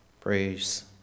praise